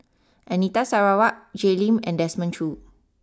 Anita Sarawak Jay Lim and Desmond Choo